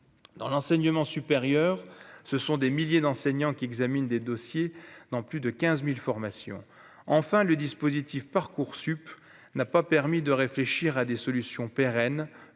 dans l'enseignement supérieur, ce sont des milliers d'enseignants qui examine des dossiers dans plus de 15000 formation enfin le dispositif Parcoursup n'a pas permis de réfléchir à des solutions pérennes